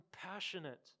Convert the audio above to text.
compassionate